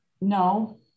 no